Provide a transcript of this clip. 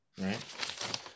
right